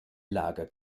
lager